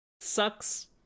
Sucks